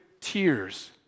tears